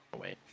Wait